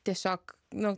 tiesiog nu